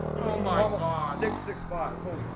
no my ah dick six five boom